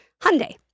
Hyundai